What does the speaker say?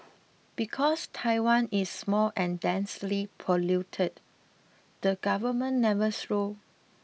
because Taiwan is small and densely populated the government never saw